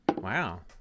Wow